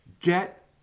Get